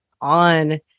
on